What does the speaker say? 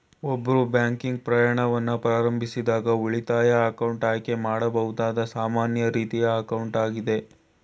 ಒಬ್ರು ಬ್ಯಾಂಕಿಂಗ್ ಪ್ರಯಾಣವನ್ನ ಪ್ರಾರಂಭಿಸಿದಾಗ ಉಳಿತಾಯ ಅಕೌಂಟ್ ಆಯ್ಕೆ ಮಾಡಬಹುದಾದ ಸಾಮಾನ್ಯ ರೀತಿಯ ಅಕೌಂಟ್ ಆಗೈತೆ